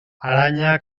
aranya